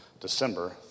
December